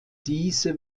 diese